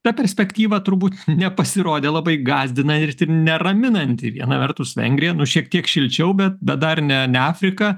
ta perspektyva turbūt nepasirodė labai gąsdina ir neraminanti viena vertus vengrija nu šiek tiek šilčiau bet bet dar ne ne afrika